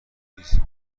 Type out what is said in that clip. نیست